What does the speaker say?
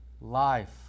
life